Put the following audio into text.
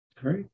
Great